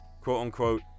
quote-unquote